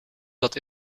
zat